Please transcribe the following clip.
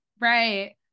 Right